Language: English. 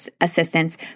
assistance